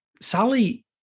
Sally